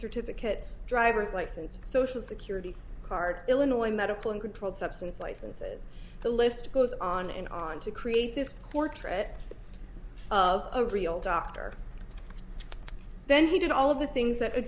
certificate driver's license social security card illinois medical and controlled substance licenses the list goes on and on to create this quarter it of a real doctor then he did all of the things that a